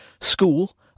School